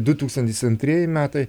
du tūkstantis antrieji metai